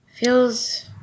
Feels –